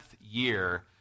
year